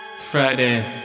Friday